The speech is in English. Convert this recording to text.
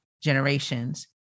generations